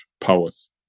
powers